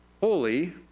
holy